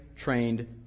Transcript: trained